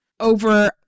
over